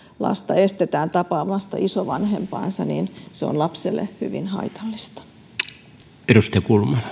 lasta estetään tapaamasta isovanhempaansa niin se on lapselle hyvin haitallista